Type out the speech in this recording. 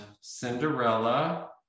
Cinderella